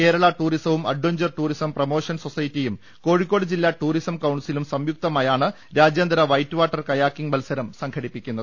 കേരള ടൂറിസവും adventure tourism promotion സൊസൈറ്റിയും കോഴിക്കോട് ജില്ലാ ടൂറിസം കൌൺസിലും സംയുക്തമായാണ് രാജ്യാന്തര വൈറ്റ് വാട്ടർ കയാക്കിങ് മത്സരം സംഘടിപ്പിക്കുന്നത്